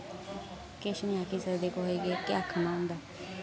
किश निं आक्खी सकदे कुसे गी केह् आक्खना होंदा